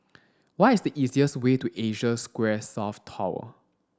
what is the easiest way to Asia Square South Tower